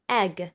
egg